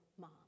Mom